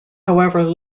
however